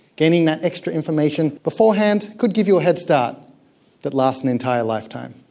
gaining that extra information beforehand could give you a head start that lasts an entire lifetime.